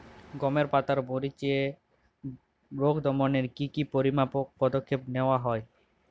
গমের পাতার মরিচের রোগ দমনে কি কি পরিমাপক পদক্ষেপ নেওয়া হয়?